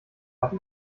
hat